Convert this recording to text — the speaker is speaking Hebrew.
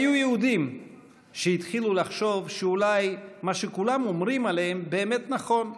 היו יהודים שהתחילו לחשוב שאולי מה שכולם אומרים עליהם באמת נכון,